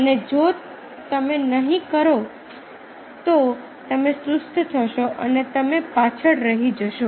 અને જો તમે નહિ કરો તો તમે સુસ્ત થશો અને તમે પાછળ રહી જશો